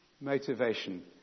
motivation